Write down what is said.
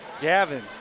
Gavin